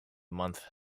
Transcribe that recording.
month